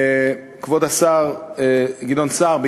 כבוד השר גדעון סער,